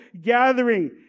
gathering